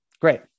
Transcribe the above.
Great